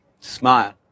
smile